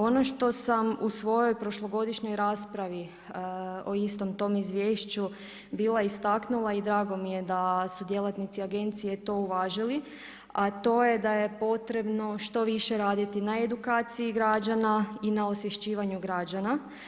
Ono što sam u svojoj prošlogodišnjoj raspravi o istom tom izvješću bila istaknula i drago mi je da su djelatnici Agencije to uvažili a to je da je potrebno što više raditi na edukaciji građana i na osvješćivanju građana.